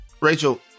Rachel